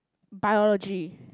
biology